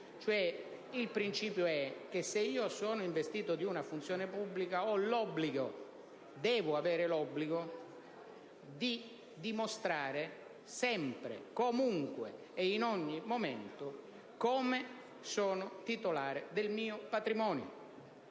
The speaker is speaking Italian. Il principio, cioè, è che se sono investito di una funzione pubblica ho l'obbligo - devo avere l'obbligo - di dimostrare sempre e comunque come sono titolare del mio patrimonio.